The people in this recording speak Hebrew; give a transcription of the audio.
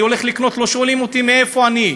אני הולך לקנות, לא שואלים אותי מאיפה אני.